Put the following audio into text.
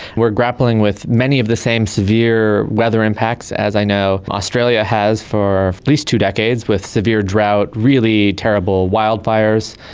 we are grappling with many of the same severe weather impacts as i know australia has for at least two decades with severe drought, really terrible wildfires.